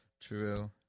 true